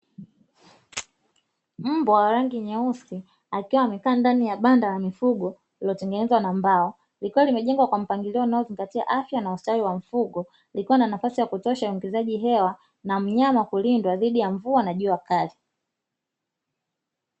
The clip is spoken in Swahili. Mbwa wa rangi nyeusi akiwa amekaa ndani ya banda la mifugo, lililotengenezwa na mbao, likiwa limejengwa kwa mpangilio unaozingatia afya na ustawi wa mfugo, likiwa na nafasi ya kutosha ya uingizaji hewa na mnyama kulindwa dhidi ya mvua na jua kali.